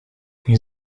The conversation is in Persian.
این